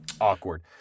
Awkward